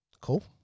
cool